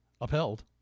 upheld